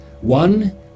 One